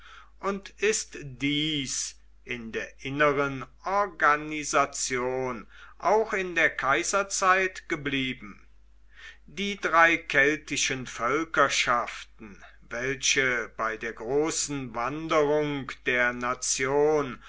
und ist dies in der inneren organisation auch in der kaiserzeit geblieben die drei keltischen völkerschaften welche bei der großen wanderung der nation